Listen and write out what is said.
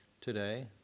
today